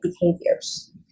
behaviors